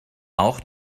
auch